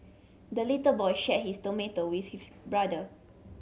the little boy shared his tomato with his brother